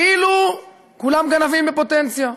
כאילו כולם גנבים בפוטנציה,